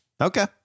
Okay